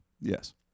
Yes